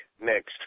next